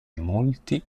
molti